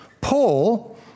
Paul